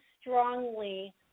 strongly